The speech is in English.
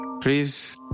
please